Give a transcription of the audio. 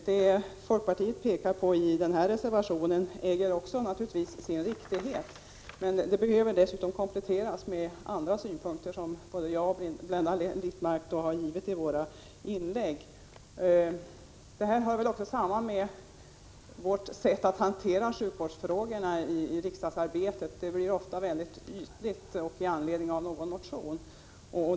Det folkpartiet pekar på i reservationen äger naturligtvis sin riktighet, men det behöver dessutom kompletteras med andra synpunkter, som både jag och Blenda Littmarck har givit i våra inlägg. Detta har också samband med vårt sätt att hantera sjukvårdsfrågorna i riksdagsarbetet. Det blir ofta ytligt och i anledning av någon motion.